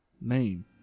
name